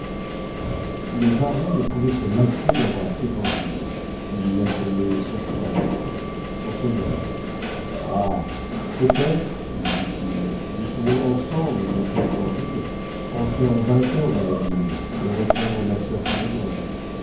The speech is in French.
le baron ne pouvait se lasser d'embrasser candide il l'appelait son frère son sauveur ah peut-être lui dit-il nous pourrons ensemble mon cher candide entrer en vainqueurs dans la ville et reprendre ma soeur